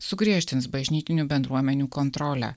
sugriežtins bažnytinių bendruomenių kontrolę